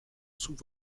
sous